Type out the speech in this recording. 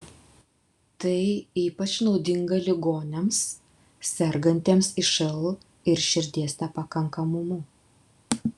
tai ypač naudinga ligoniams sergantiems išl ir širdies nepakankamumu